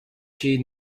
she